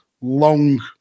long